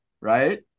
right